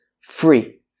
free